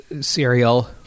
cereal